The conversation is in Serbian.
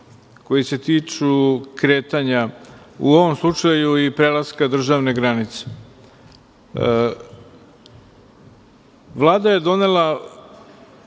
koji se tiču kretanja, u ovom slučaju i prelaska državne granice. Vlada je donela